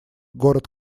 город